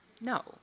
No